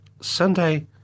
Sunday